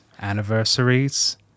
anniversaries